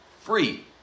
free